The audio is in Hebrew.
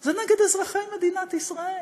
זה נגד אזרחי מדינת ישראל.